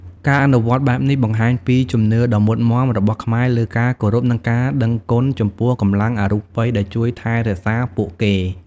ការអនុវត្តបែបនេះបង្ហាញពីជំនឿដ៏មុតមាំរបស់ខ្មែរលើការគោរព និងការដឹងគុណចំពោះកម្លាំងអរូបិយដែលជួយថែរក្សាពួកគេ។